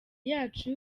yacu